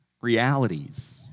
realities